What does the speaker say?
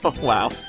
Wow